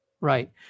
Right